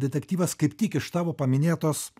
detektyvas kaip tik iš tavo paminėtos